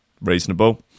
reasonable